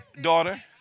daughter